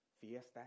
Fiesta